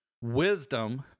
Wisdom